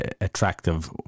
attractive